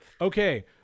Okay